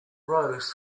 rows